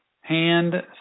Hand